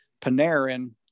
Panarin